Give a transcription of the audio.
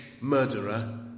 murderer